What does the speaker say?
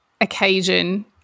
occasion